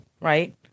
right